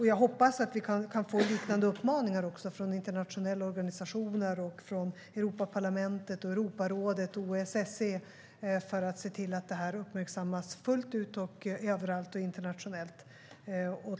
Jag hoppas att vi kan få liknande uppmaningar också från internationella organisationer, från Europaparlamentet, Europarådet och OSSE, så att vi kan se till att detta uppmärksammas fullt ut, överallt och internationellt.